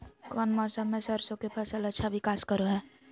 कौन मौसम मैं सरसों के फसल अच्छा विकास करो हय?